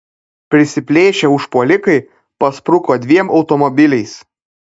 prisiplėšę užpuolikai paspruko dviem automobiliais